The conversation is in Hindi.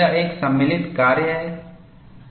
यह एक सम्मिलित कार्य है